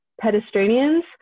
pedestrians